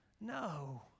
no